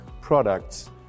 products